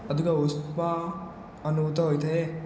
ଅଧିକ ଉଷ୍ମ ଅନୁଭୁତ ହୋଇଥାଏ